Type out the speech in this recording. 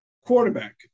quarterback